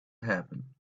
happen